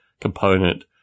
Component